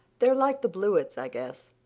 they're like the blewetts, i guess.